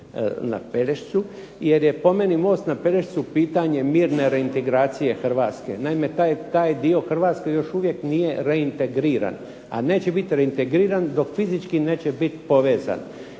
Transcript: na Pelješcu jer je po meni most na Pelješcu pitanje mirne reintegracije Hrvatske. Naime, taj dio Hrvatske još uvijek nije reintegriran, a neće biti reintegriran dok fizički neće biti povezan